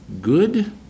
Good